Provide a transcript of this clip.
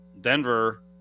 Denver